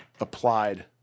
applied